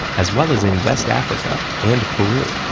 as well as in west africa and peru.